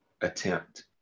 attempt